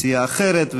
היא מסיעה אחרת,